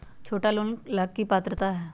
छोटा लोन ला की पात्रता है?